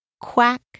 Quack